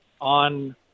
on